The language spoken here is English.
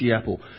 apple